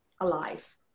alive